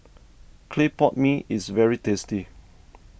Clay Pot Mee is very tasty